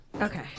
Okay